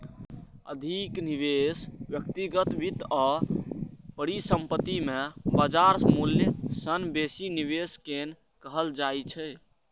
अधिक निवेश व्यक्तिगत वित्त आ परिसंपत्ति मे बाजार मूल्य सं बेसी निवेश कें कहल जाइ छै